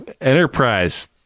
Enterprise